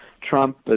trump